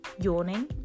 yawning